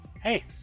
Hey